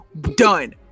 Done